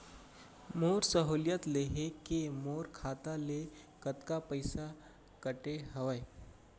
मोर सहुलियत लेहे के मोर खाता ले कतका पइसा कटे हवये?